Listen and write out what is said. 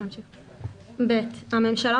הממשלה,